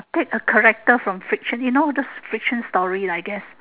take a character from fiction you know those fiction story I guess